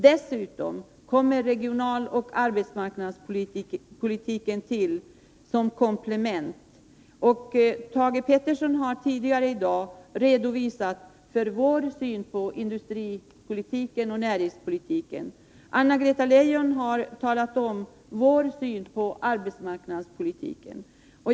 Till det kommer regionaloch arbetsmarknadspolitiken som komplement. Thage Peterson har tidigare i dag redovisat vår syn på industripolitiken och näringspolitiken. Anna-Greta Leijon har redogjort för vår syn på arbetsmarknadspolitiken.